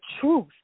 truth